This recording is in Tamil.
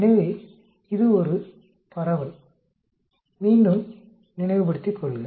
எனவே இது ஒரு பரவல் மீண்டும் நினைவுபடுத்திக் கொள்க